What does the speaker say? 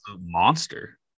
monster